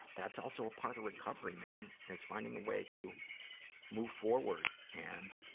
that's also a part of recovery, man is finding a way to move forward and